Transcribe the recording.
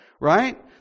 right